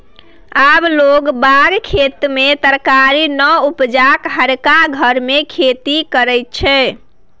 आब लोग बाग खेत मे तरकारी नै उपजा हरियरका घर मे खेती करय छै